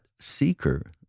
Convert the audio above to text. seeker